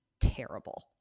terrible